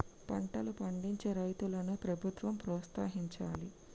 పంటలు పండించే రైతులను ప్రభుత్వం ప్రోత్సహించాలి